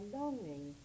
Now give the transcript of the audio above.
longing